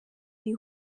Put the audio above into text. iri